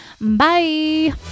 bye